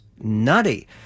nutty